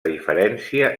diferència